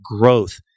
growth